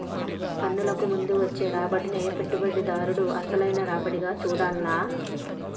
పన్నులకు ముందు వచ్చే రాబడినే పెట్టుబడిదారుడు అసలైన రాబడిగా చూడాల్ల